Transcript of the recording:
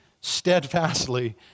steadfastly